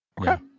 Okay